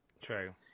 True